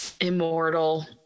immortal